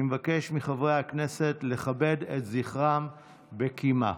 אני מבקש מחברי הכנסת לכבד את זכרם בקימה.